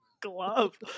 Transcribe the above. glove